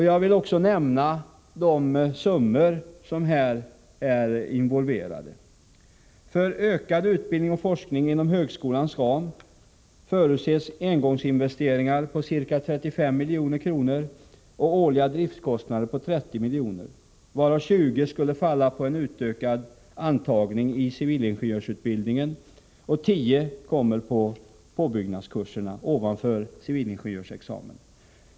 Jag vill nämna de summor som är involverade. För ökad utbildning och forskning inom högskolans ram förutses engångsinvesteringar på ca 35 milj.kr. och årliga driftskostnader på 30 milj., varav 20 skulle falla på en utökad antagning till civilingenjörsutbildningen och 10 milj.kr. på påbyggnadskurserna ovanför civilingenjörsexamen.